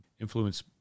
influence